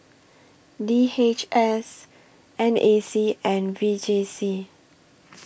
D H S N A C and V J C